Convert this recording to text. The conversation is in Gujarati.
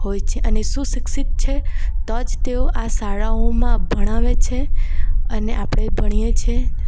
હોય છે અને સુશિક્ષિત છે તો જ તેઓ આ શાળાઓમાં ભણાવે છે અને આપણે ભણીએ છીએ